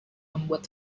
membuat